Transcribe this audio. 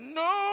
no